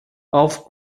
off